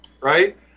Right